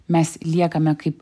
mes liekame kaip